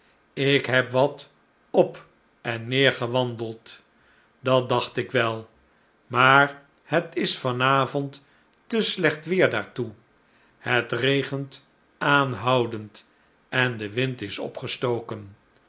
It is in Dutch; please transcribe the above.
ik heb wat op en neer gewandeld dat dacht ik wel maar het is van avond te slecht weer daartoe het regent aanhoudend en de wind is opgestoken